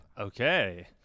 Okay